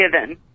given